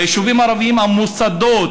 ביישובים הערביים המוסדות,